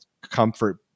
comfort